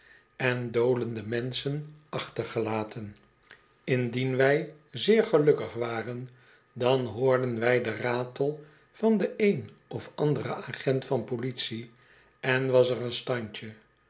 en dolende menschen achtergelaten indien wij zeer gelukkig waren dan hoorden wij den ratel van den een of anderen agent van politie en was er een standje